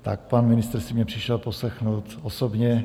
Tak pan ministr si mě přišel poslechnout osobně